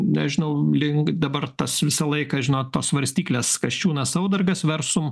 nežinau link dabar tas visą laiką žinot tos svarstyklės kasčiūnas saudargas versum